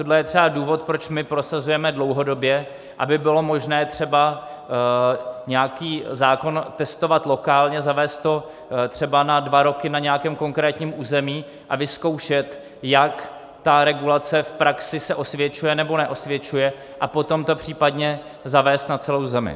Tohle je třeba důvod, proč my prosazujeme dlouhodobě, aby bylo možné třeba nějaký zákon testovat lokálně, zavést to třeba na dva roky na nějakém konkrétním území a vyzkoušet, jak se ta regulace v praxi osvědčuje nebo neosvědčuje, a potom to případně zavést na celou zemi.